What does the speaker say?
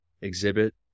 exhibit